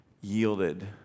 yielded